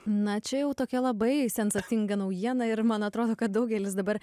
na čia jau tokia labai sensacinga naujiena ir man atrodo kad daugelis dabar